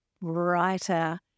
brighter